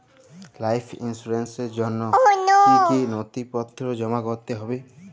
Life ইন্সুরেন্সর জন্য জন্য কি কি নথিপত্র জমা করতে হবে?